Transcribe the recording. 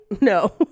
no